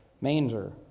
manger